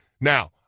Now